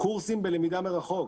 קורסים בלמידה מרחוק.